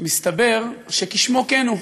שמסתבר שכשמו כן הוא.